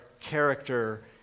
character